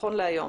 נכון להיום,